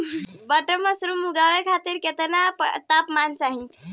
Button mushroom उगावे खातिर केतना तापमान पर होई?